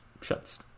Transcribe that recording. Shuts